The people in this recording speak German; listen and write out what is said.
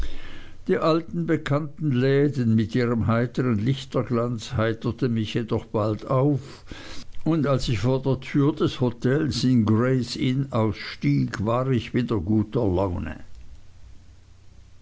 die alten bekannten läden mit ihrem heitern lichterglanz heiterten mich jedoch bald auf und als ich vor der tür des hotels in grays inn ausstieg war ich wieder guter laune